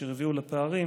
אשר הביאו לפערים,